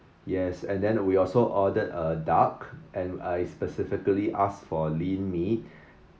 yes and then we also ordered a duck and I specifically asked for lean meat